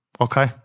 Okay